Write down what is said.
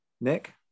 Nick